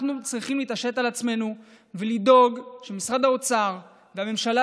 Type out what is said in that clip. אנחנו צריכים להתעשת ולדאוג שמשרד האוצר והממשלה